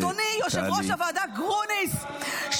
אדוני יושב-ראש הוועדה גרוניס,